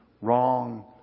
wrong